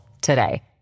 today